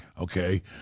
Okay